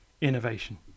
innovation